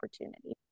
opportunity